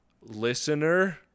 listener